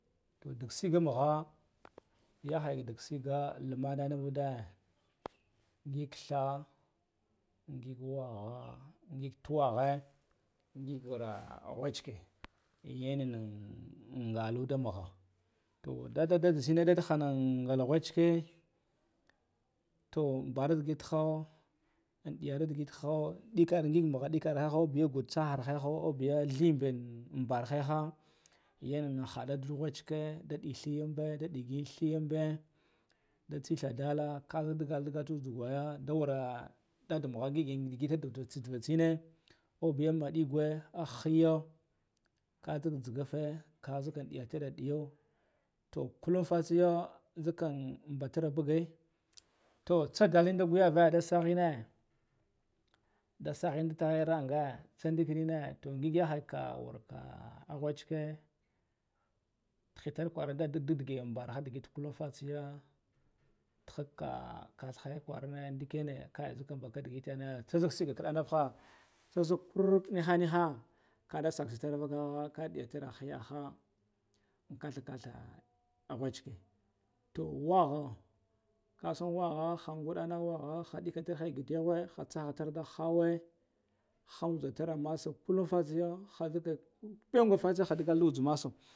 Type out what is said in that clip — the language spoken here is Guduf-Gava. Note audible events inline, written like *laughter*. Toh dag sigamagha yakhaya dag siga ah lumana ngig katha ngig wakha ngig twakhe ngig ra wochike, eyenan ngaun da mugha toh, dadda da dak nan ngala wuchki toh, mbaratu gidhu in diyar digit ha dikan ngig nukhu dikan gudtsaka haikhu aubiya thibiyan barhaihu yan handa wuchki di ɗi thuyambe da digi thuyambe da tsitha dada da dagal dagal tu tugwa ya da warra ndad makha ngigin digita dava chene aubiya madigwe ah gheyu ka dag thigafi ka katseg zakfe kazekan diya tara diya toh kalufasiya am mbatara gave toh tsagulinda goyave dasa inne nda soghenda teyera nga tsadigayene, toh ngig yahaika warka a wucheki hetar kwaza nda dud da deyam borha tukul tatseya tahak kah katsayanka rine ndikyane kai nzidde bakan dikiyane zak sigga danda fakha sah zak kur niha niha, kada sogdu zekan vatar ɗihan hiya ha ankatha katha wacheka toh wakha kason wakha han gudunan wakha hedikan haigata hatsaha tardi hawe du tara massa kalka falsiya pinwe *unintelligible*